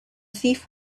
thief